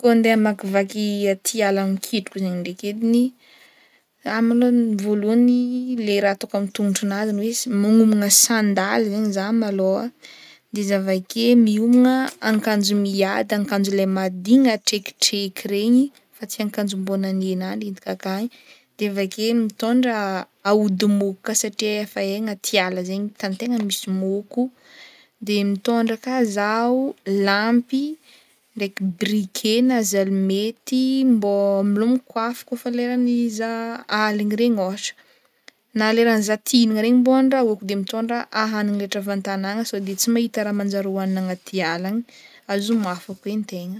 Kô andeha hamakivaky atiala mikitroka zegny ndraiky ediny ah malôha voalohany le raha ataoko am'tongotronahy zegny hoe s- magnomagna sandaly zegny zah malôa de izy avake miomagna akanjo miady akanjo le madigny atrekitreky regny fa tsy akanjo mbô bonanégnahy no entiko ankagny de avake mitondra aody môka satria efa hay agnaty ala zegny tany tegna misy môko de mitôndra ka zaho lampy ndraiky briquet na zalimety mbô amelomako afo kaofa leran'ny zah aligny regny ôhatra na leran'izaho tia hihignana regny mbô andrahoiko de mitondra ahanigny rehetra avy an-tanàgna sao de tsy mahita raha manjary hoagnina agnaty ala agny azo mafy eo koa i ntegna.